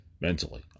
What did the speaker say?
mentally